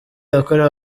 yakorewe